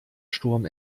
sturm